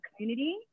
community